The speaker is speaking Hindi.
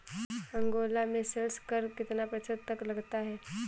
अंगोला में सेल्स कर कितना प्रतिशत तक लगता है?